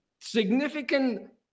significant